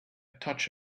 touch